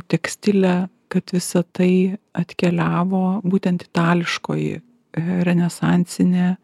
tekstilę kad visa tai atkeliavo būtent itališkoji renesansinė